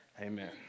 Amen